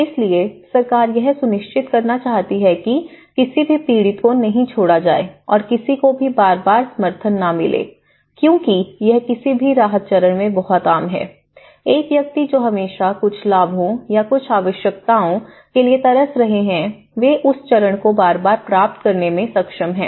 इसलिए सरकार यह सुनिश्चित करना चाहती है कि किसी भी पीड़ित को नहीं छोड़ा जाए और किसी को भी बार बार समर्थन न मिले क्योंकि यह किसी भी राहत चरण में बहुत आम है एक व्यक्ति जो हमेशा कुछ लाभों या कुछ आवश्यकताओ के लिए तरस रहे हैं वे उस चरण को बार बार प्राप्त करने में सक्षम हैं